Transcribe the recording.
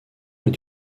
est